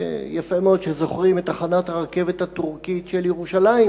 זה יפה מאוד שזוכרים את תחנת הרכבת הטורקית של ירושלים,